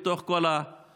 מתוך כל המשרד.